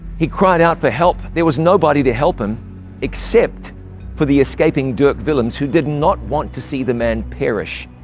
he cried help for help. there was nobody to help him except for the escaping dirk willems, who did not want to see the man perish.